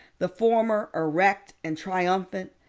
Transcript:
the former erect and triumphant,